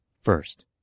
First